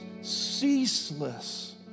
ceaseless